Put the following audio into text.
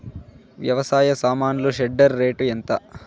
వ్యవసాయ సామాన్లు shredder rate ఎంత?